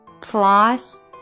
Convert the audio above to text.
plus